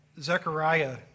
Zechariah